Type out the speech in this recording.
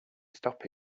stop